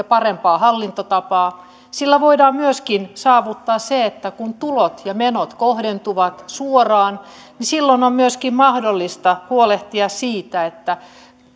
parempaa hallintotapaa sillä voidaan myöskin saavuttaa se että kun tulot ja menot kohdentuvat suoraan niin silloin on myöskin mahdollista huolehtia siitä että